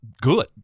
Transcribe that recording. good